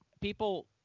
people